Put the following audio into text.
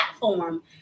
platform